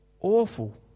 awful